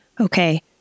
Okay